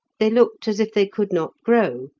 they looked as if they could not grow,